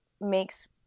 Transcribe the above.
makes